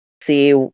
see